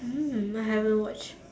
um I haven't watch